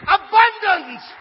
abundance